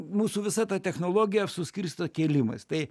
mūsų visa ta technologija suskirstyta kėlimais tai